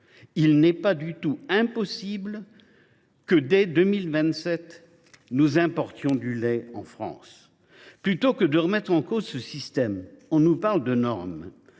il n’est absolument pas impossible que, dès 2027, nous devions importer du lait en France. Plutôt que de remettre en cause ce système, on nous parle de normes.